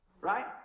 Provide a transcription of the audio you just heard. Right